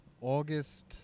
August